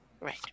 right